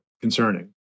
concerning